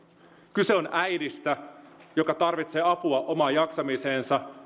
kyse on äidistä joka tarvitsee apua omaan jaksamiseensa